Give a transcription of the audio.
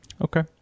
okay